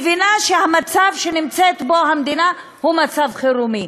מבינה שהמצב שהמדינה נמצאת בו הוא מצב חירומי.